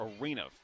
Arena